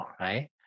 right